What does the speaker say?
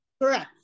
Correct